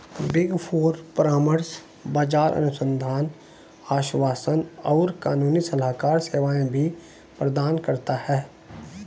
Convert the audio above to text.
big four परामर्श, बाजार अनुसंधान, आश्वासन और कानूनी सलाहकार सेवाएं भी प्रदान करता है